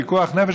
פיקוח נפש,